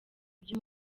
ibyo